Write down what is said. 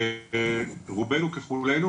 שרובנו ככולנו,